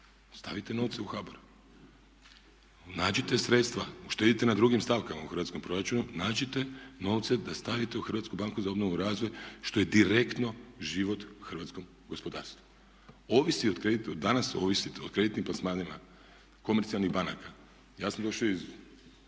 Stavite novce u HBOR, nađite sredstva, uštedite na drugim stavkama u hrvatskom proračunu. Nađite novce da stavite u HBOR što je direktno život hrvatskom gospodarstvu. Ovisi o kreditu, danas ovisite o kreditnim plasmanima komercijalnih banaka. Ja sam došao iz